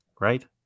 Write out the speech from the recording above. Right